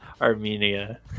Armenia